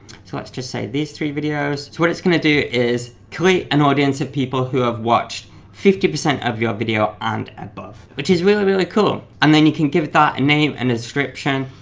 so let's just say these three videos. so what it's gonna do is create an audience of people who have watched fifty percent of your video and above, which is really really cool. and then you can give that a name and description.